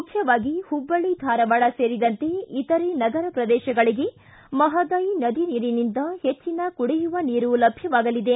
ಮುಖ್ಯವಾಗಿ ಹುಬ್ಬಳ್ಳಿ ಧಾರವಾಡ ಸೇರಿದಂತೆ ಇತರೆ ನಗರ ಪ್ರದೇಶಗಳಿಗೆ ಮಹದಾಯಿ ನದಿ ನೀರಿನಿಂದ ಹೆಚ್ಚಿನ ಕುಡಿಯುವ ನೀರು ಲಭ್ಯವಾಗಲಿದೆ